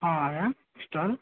ହଁ ଆଜ୍ଞା